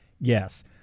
Yes